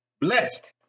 Blessed